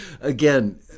again